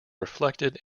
reflected